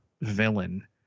villain